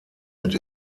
mit